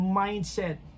mindset